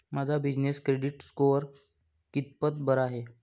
माझा business credit score कितपत बरा आहे?